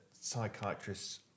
psychiatrists